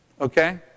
Okay